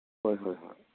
ꯍꯣꯏ ꯍꯣꯏ ꯍꯣꯏ